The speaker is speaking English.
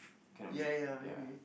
cannot be ya